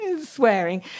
swearing